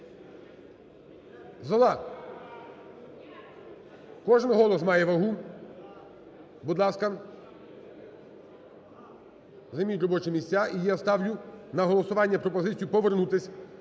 …… кожний голос має вагу. Будь ласка, займіть робочі місця. І я ставлю на голосування пропозицію повернутись